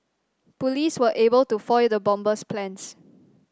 police were able to foil the bomber's plans